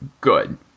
good